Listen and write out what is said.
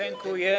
Dziękuję.